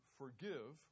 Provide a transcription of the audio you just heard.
forgive